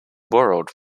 borrowed